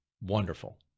Wonderful